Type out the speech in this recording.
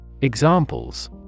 Examples